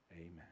Amen